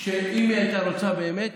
שאם היא הייתה רוצה באמת,